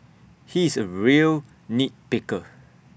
he is A real nit picker